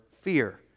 fear